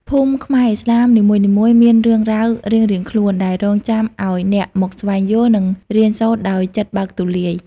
ភូមិខ្មែរឥស្លាមនីមួយៗមានរឿងរ៉ាវរៀងៗខ្លួន ដែលរង់ចាំឱ្យអ្នកមកស្វែងយល់ និងរៀនសូត្រដោយចិត្តបើកទូលាយ។